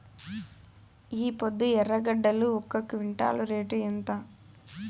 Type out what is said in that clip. ఈపొద్దు ఎర్రగడ్డలు ఒక క్వింటాలు రేటు ఎంత?